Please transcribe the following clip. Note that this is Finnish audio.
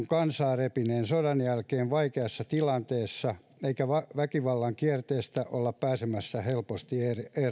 kansaa repineen sodan jälkeen vaikeassa tilanteessa eikä väkivallan kierteestä olla pääsemässä helposti eroon